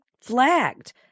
flagged